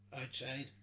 outside